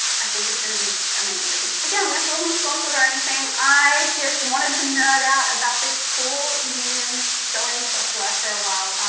i think it's gonna be amazing. again this wasn't sponsored or anything, i just wanted to nerd out about this cool new sewing software for a while.